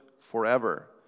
forever